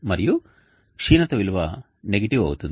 మరియు క్షీణత విలువ నెగటివ్ అవుతుంది